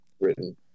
written